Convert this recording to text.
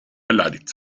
beleidigt